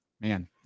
Man